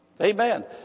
Amen